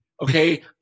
Okay